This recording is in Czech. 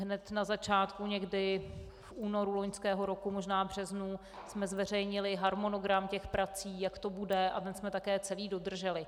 Hned na začátku, někdy v únoru loňského roku, možná v březnu, jsme zveřejnili harmonogram těch prací, jak to bude, a ten jsme také celý dodrželi.